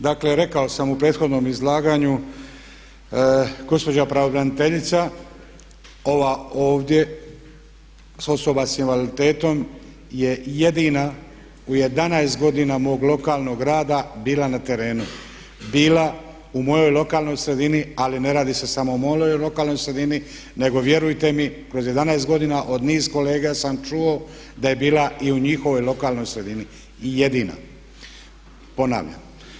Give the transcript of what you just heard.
Dakle, rekao sam u prethodnom izlaganju gospođa pravobraniteljica ova ovdje osoba s invaliditetom je jedina u 11 godina mog lokalnog rada bila na terenu, bila u mojoj lokalnoj sredini ali ne radi se samo o mojoj lokalnoj sredini nego vjerujte mi kroz 11 godina od niz kolega sam čuo da je bila i u njihovoj lokalnoj sredini i jedina, ponavljam.